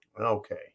okay